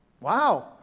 Wow